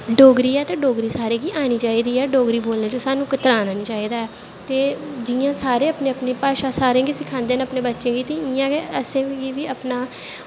डोगरी ऐ ते डोगरी सारें गी आनी चाही दी ऐ डोगरी बोलनें च स्हानू कतराना नी चाही दा ऐ ते जियां अपनी अपनी भाशा सारे अपनें बच्चें गी सखांदे न इयां गै असेंगी बी अपना